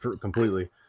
completely